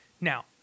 Now